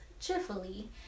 cheerfully